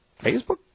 Facebook